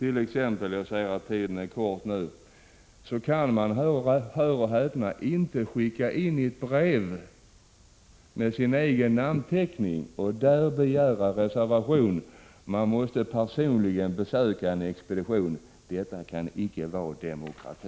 Man kan, hör och häpna, t.ex. inte jag ser att jag nu har mycket litet av min taletid kvar — begära reservation i ett brev försett med ens egen namnteckning; man måste personligen besöka en expedition. Detta kan inte vara demokrati.